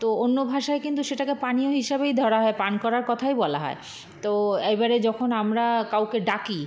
তো অন্য ভাষায় কিন্তু সেটাকে পানীয় হিসাবেই ধরা হয় পান করার কথাই বলা হয় তো এবারে যখন আমরা কাউকে ডাকি